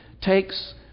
takes